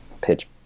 pitch